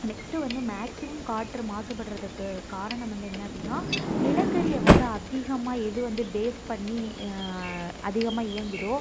next வந்து maximum காற்று மாசுபடுறதுக்கு காரணம் வந்து என்ன அப்படின்னா நிலக்கரியை வந்து அதிகமாக எது வந்து பேஸ் பண்ணி அதிகமாக இயங்குதோ